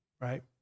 right